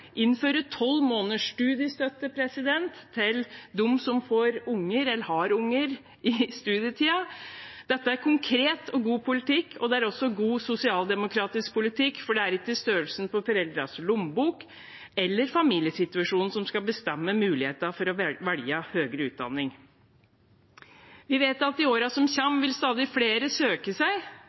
innføre tolv måneders studiestøtte til dem som får barn eller har barn i studietiden. Dette er konkret og god politikk, og det er også god sosialdemokratisk politikk, for det er ikke størrelsen på foreldrenes lommebok eller familiesituasjonen som skal bestemme muligheten for å velge høyere utdanning. Vi vet at stadig flere vil søke seg til nettopp høyere utdanning i årene som